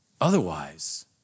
Otherwise